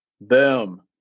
Boom